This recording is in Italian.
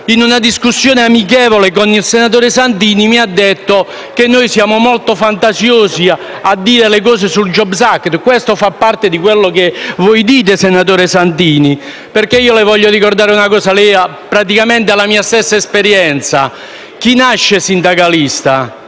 in una discussione amichevole, il senatore Santini mi ha detto che siamo molto fantasiosi nel dire cose contro il *jobs act*. Questo fa parte di ciò che voi dite, senatore Santini. Le voglio però ricordare una cosa: lei ha praticamente la mia stessa esperienza e chi nasce sindacalista